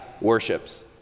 worships